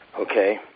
okay